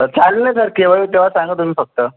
चालेल ना सर केव्हा येऊ तेव्हा सांगा तुम्ही फक्त